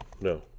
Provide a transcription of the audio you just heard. No